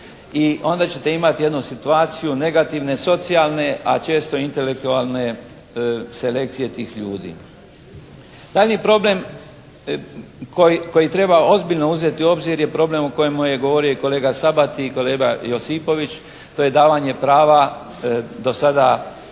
i onda ćete imati jednu situaciju negativne socijalne, a često i intelektualne selekcije tih ljudi. Daljnji problem koji treba ozbiljno uzeti u obzir je problem o kojemu je govorio i kolega Sabati i kolega Josipović, to je davanje prava do sada koje